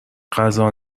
غذا